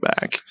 back